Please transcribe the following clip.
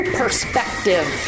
perspective